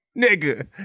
nigga